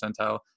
percentile